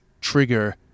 trigger